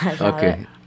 Okay